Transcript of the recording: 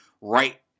right